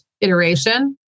iteration